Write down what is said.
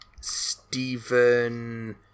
Stephen